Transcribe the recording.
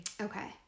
Okay